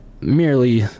merely